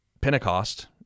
Pentecost